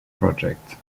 project